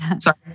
sorry